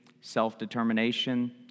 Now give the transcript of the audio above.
self-determination